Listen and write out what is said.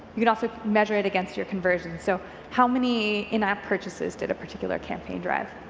you can also measure it against your conversions, so how many in app purchases did a particular campaign drive.